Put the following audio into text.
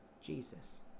Jesus